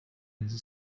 his